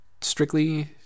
strictly